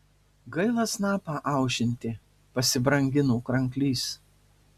gaila snapą aušinti pasibrangino kranklys